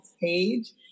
page